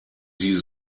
die